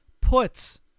puts